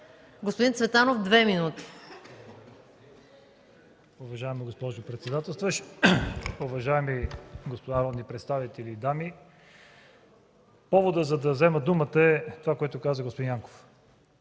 Господин Цветанов – 2 минути.